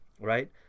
Right